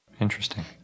Interesting